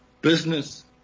business